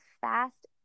fast